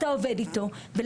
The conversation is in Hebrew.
אתה עובד איתו.